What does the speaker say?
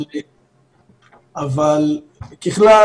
ככלל,